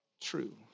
true